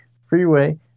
freeway